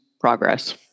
progress